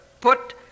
put